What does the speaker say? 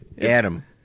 Adam